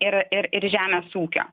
yra ir žemės ūkio